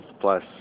plus